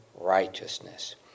righteousness